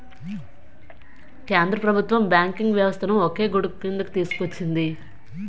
కేంద్ర ప్రభుత్వం బ్యాంకింగ్ వ్యవస్థను ఒకే గొడుగుక్రిందికి తీసుకొచ్చింది